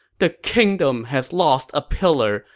the kingdom has lost a pillar,